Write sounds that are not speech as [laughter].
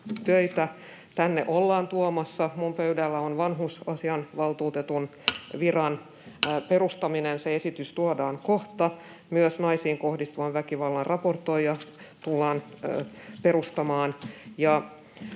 Tänne ollaan tuomassa... Minun pöydälläni on vanhusasiainvaltuutetun viran [noise] perustaminen — se esitys tuodaan kohta. Myös naisiin kohdistuvan väkivallan raportoijan tehtävä tullaan perustamaan.